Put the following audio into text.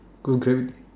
cause of gravity